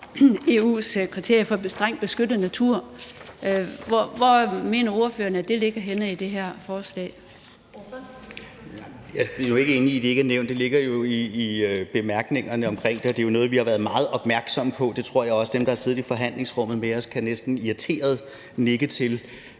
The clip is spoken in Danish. Første næstformand (Karen Ellemann): Ordføreren. Kl. 15:26 Rasmus Nordqvist (SF): Jeg er jo ikke enig i, at det ikke er nævnt, for det ligger jo i bemærkningerne omkring det, og det er jo noget, vi har været meget opmærksomme på. Det tror jeg også at dem, der har siddet i forhandlingsrummet med os, næsten irriteret kan nikke til,